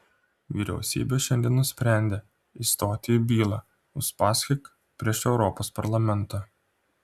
vyriausybė šiandien nusprendė įstoti į bylą uspaskich prieš europos parlamentą